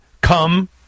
come